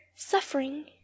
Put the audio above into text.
Suffering